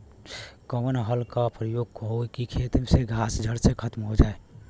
कवने हल क प्रयोग हो कि खेत से घास जड़ से खतम हो जाए?